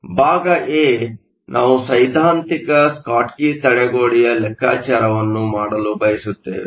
ಆದ್ದರಿಂದ ಭಾಗ ಎ ನಾವು ಸೈದ್ಧಾಂತಿಕ ಸ್ಕಾಟ್ಕಿ ತಡೆಗೋಡೆಯ ಲೆಕ್ಕಾಚಾರವನ್ನು ಮಾಡಲು ಬಯಸುತ್ತೇವೆ